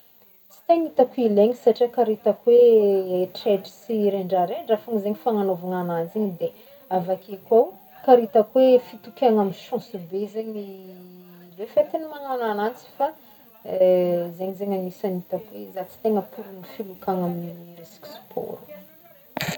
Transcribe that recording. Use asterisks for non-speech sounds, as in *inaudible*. Tsy tegny hitako ilegny satria karaha hitako hoe *hesitation* hetraitra sy rendrarendra fôgny zegny fagnagnaovagna agnanjy igny de avake kô fitokiàgna amy chance be zegny *hesitation* le faite magnagno agnanjy fa *hesitation* zegny zegny agnisan'ny hitako hoe za tsy tegna pour gny filokagna amy resaka sport.